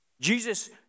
Jesus